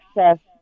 access